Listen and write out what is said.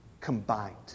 Combined